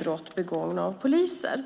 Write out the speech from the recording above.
brott begångna av poliser.